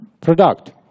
product